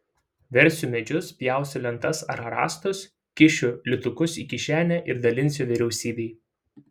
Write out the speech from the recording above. versiu medžius pjausiu lentas ar rąstus kišiu litukus į kišenę ir dalinsiu vyriausybei